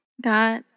God